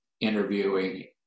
interviewing